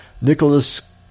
Nicholas